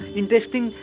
interesting